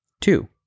Two